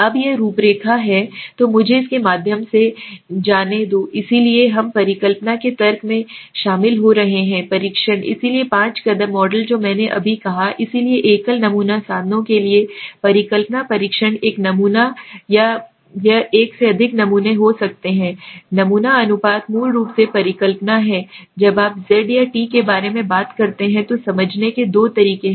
अब यह रूपरेखा है तो मुझे इसके माध्यम से जाने दो इसलिए हम परिकल्पना के तर्क में शामिल हो रहे हैं परीक्षण इसलिए पांच कदम मॉडल जो मैंने अभी कहा इसलिए एकल नमूना साधनों के लिए परिकल्पना परीक्षण एक नमूना या यह एक से अधिक नमूने हो सकते हैं नमूना अनुपात मूल रूप से परिकल्पना है जब आप z या t के बारे में बात करते हैं तो समझने के दो तरीके हैं